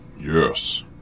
Yes